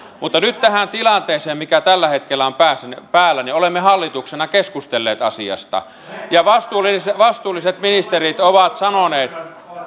mutta nyt tässä tilanteessa mikä tällä hetkellä on päällä olemme hallituksena keskustelleet asiasta ja vastuulliset ministerit ovat sanoneet